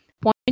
point